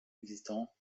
existant